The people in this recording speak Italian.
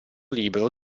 libro